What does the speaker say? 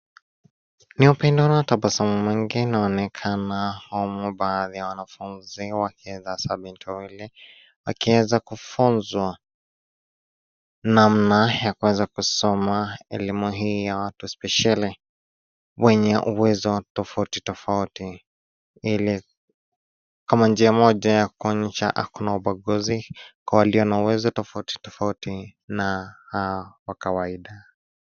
Ni upendo na utabasamu mwingi unaoneka humu baadhi ya wanafunzi wakieza sema turi akiweza kufunzwa namna ya kuweza kusoma elimu hii ya watu spesheli wenye uwezo tofauti tofauti ili kama njia moja ya kuonyesha hakuna ubaguzi kwa walio na uwezo tofauti tofauti na wa kawaida.